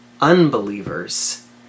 unbelievers